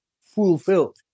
fulfilled